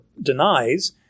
denies